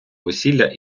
весілля